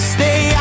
Stay